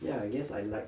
ya I guess I like